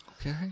Okay